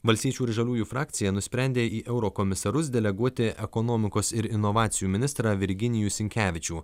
valstiečių ir žaliųjų frakcija nusprendė į eurokomisarus deleguoti ekonomikos ir inovacijų ministrą virginijų sinkevičių